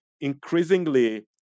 increasingly